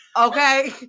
okay